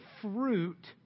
fruit